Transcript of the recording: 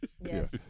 Yes